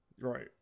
Right